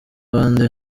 abandi